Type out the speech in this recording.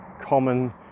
common